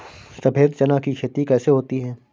सफेद चना की खेती कैसे होती है?